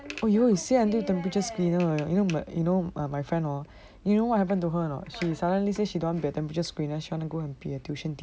oh you say until temperature screener you know you know err my friend hor you know what happen to her or not she suddenly say she don't want to be a temperature screener she wants to go and be a tuition teacher